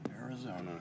Arizona